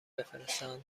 بفرستند